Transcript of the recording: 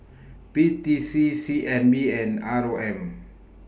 P T C C N B and R O M